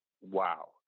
wow